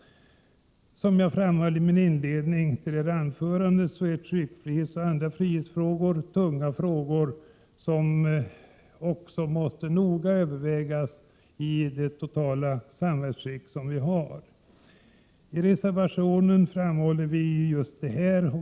Som jag framhöll i min inledning är tryckfrihetsfrågor och andra frihetsfrågor viktiga och måste noga övervägas i det samhällsskick som vi har. I reservation 9 framhåller vi just detta.